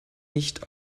nicht